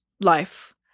life